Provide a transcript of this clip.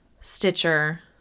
Stitcher